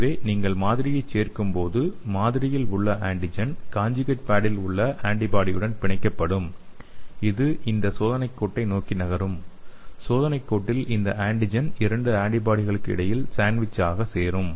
எனவே நீங்கள் மாதிரியைச் சேர்க்கும்போது மாதிரியில் உள்ள ஆன்டிஜென் கான்ஜுகேட் பேடில் உள்ள ஆன்டிபாடியுடன் பிணைக்கப்படும் இது இந்த சோதனைக் கோட்டை நோக்கி நகரும் சோதனை கோட்டில் இந்த ஆன்டிஜென் இரண்டு ஆன்டிபாடிகளுக்கு இடையில் சாண்ட்விச் ஆக சேரும்